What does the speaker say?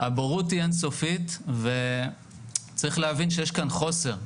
הבורות היא אין סופית, וצריך להבין שיש כאן חוסר.